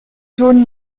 jaune